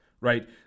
right